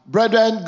Brethren